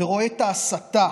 ורואה את ההסתה